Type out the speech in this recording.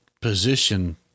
position